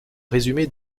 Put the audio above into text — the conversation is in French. résumé